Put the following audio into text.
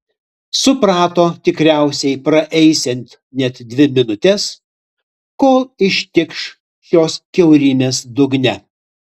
suprato tikriausiai praeisiant net dvi minutes kol ištikš šios kiaurymės dugne